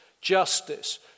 justice